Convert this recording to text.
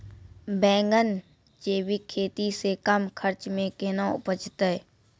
बैंगन जैविक खेती से कम खर्च मे कैना उपजते?